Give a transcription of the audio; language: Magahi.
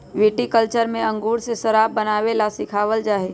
विटीकल्चर में अंगूर से शराब बनावे ला सिखावल जाहई